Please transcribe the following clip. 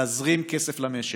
להזרים כסף למשק.